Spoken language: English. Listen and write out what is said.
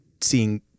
seeing